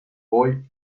boy